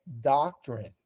doctrine